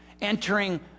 entering